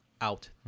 out